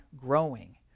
growing